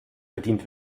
bedient